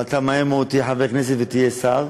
אתה מהר מאוד תהיה חבר כנסת ותהיה שר.